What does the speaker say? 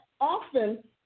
often